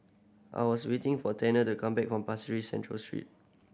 I was waiting for Tanner to come back from Pasir Ris Central Street